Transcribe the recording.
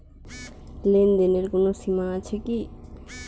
লেনদেনের কোনো সীমা আছে কি?